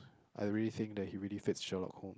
I really think that he really fits Sherlock-Holmes